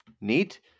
Neat